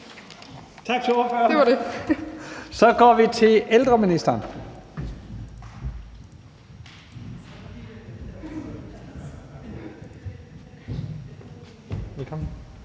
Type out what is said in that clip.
Tak til ordføreren. Så går vi til ældreministeren.